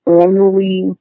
annually